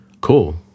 Cool